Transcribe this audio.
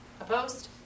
Opposed